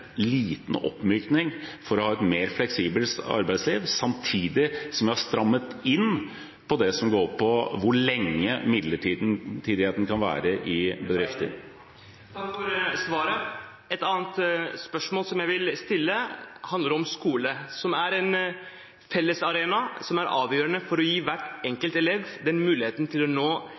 liten oppmykning for å ha et mer fleksibelt arbeidsliv, samtidig som vi har strammet inn på det som går på hvor lenge midlertidigheten kan vare. Takk for svaret. Et annet spørsmål som jeg vil stille, handler om skole – en fellesarena som er avgjørende for å gi hver enkelt elev muligheten til å nå